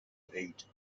eat